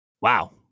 Wow